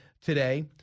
today